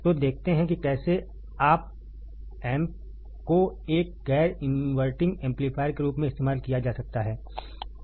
तो देखते हैं कि कैसे आप एम्प को एक गैर इनवर्टिंग एम्पलीफायर के रूप में इस्तेमाल किया जा सकता है